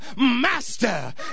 master